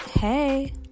Hey